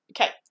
Okay